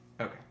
Okay